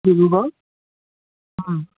Dibrugarh